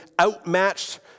outmatched